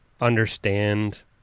understand